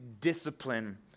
discipline